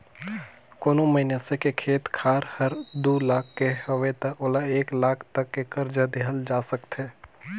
कोनो मइनसे के खेत खार हर दू लाख के हवे त ओला एक लाख तक के करजा देहल जा सकथे